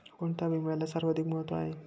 कोणता विम्याला सर्वाधिक महत्व आहे?